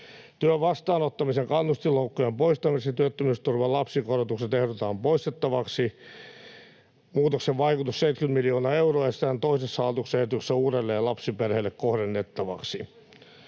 Työn vastaanottamisen kannustinloukkujen poistamiseksi työttömyysturvan lapsikorotukset ehdotetaan poistettavaksi. Muutoksen vaikutus, 70 miljoonaa euroa, esitetään toisessa hallituksen esityksessä uudelleen lapsiperheille kohdennettavaksi.